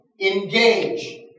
Engage